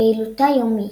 פעילותה יומית.